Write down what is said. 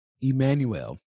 Emmanuel